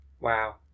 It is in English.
wow